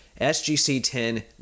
SGC-10